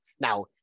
Now